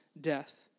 death